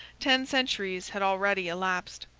ten centuries had already elapsed.